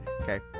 okay